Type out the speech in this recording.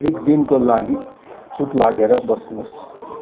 एक दिनको लागि चुप लागेर बस्नुहोस्